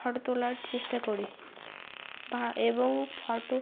photo তোলার চেষ্টা করি বা এবং ফটো